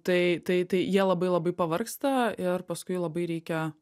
tai tai tai jie labai labai pavargsta ir paskui labai reikia